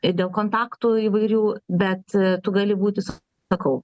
dėl kontaktų įvairių bet tu gali būti sakau